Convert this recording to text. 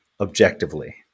objectively